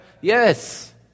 yes